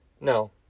No